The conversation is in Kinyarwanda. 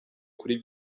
kuri